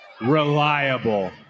reliable